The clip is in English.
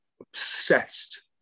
obsessed